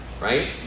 right